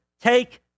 take